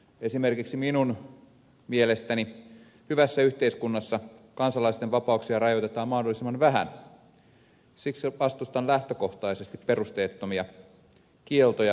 esimerkiksi minun mielestäni hyvässä yhteiskunnassa kansalaisten vapauksia rajoitetaan mahdollisimman vähän siksi vastustan lähtökohtaisesti perusteettomia kieltoja ja viranomaisvalvontaa